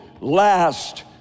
last